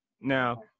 Now